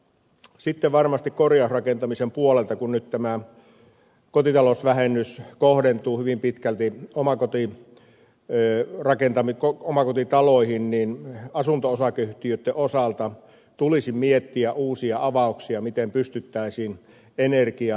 sitten varmasti korjausrakentamisen puolelta kun nyt tämä kotitalousvähennys kohdentuu hyvin pitkälti oma koti ei voi rakentaa mikko omakotitaloihin asunto osakeyhtiöitten osalta tulisi miettiä uusia avauksia miten pystyttäisiin energiaa säästämään